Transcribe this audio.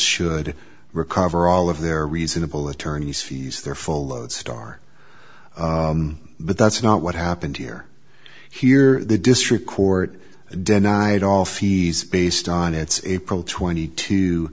should recover all of their reasonable attorney's fees their full lodestar but that's not what happened here here the district court denied all fees based on its april twenty two